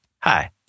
Hi